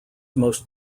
most